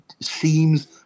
seems